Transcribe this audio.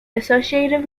associative